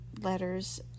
letters